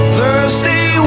Thursday